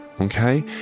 okay